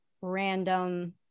random